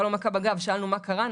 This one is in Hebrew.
שאלנו מה קרה?